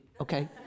okay